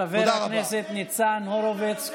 תודה, חבר הכנסת ניצן הורוביץ.